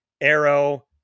Arrow